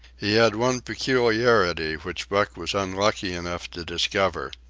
he had one peculiarity which buck was unlucky enough to discover.